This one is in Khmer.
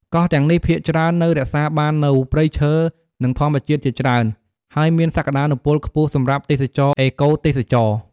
កោះទាំងនេះភាគច្រើននៅរក្សាបាននូវព្រៃឈើ និងធម្មជាតិជាច្រើន ហើយមានសក្ដានុពលខ្ពស់សម្រាប់ទេសចរណ៍អេកូទេសចរណ៍។